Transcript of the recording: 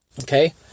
okay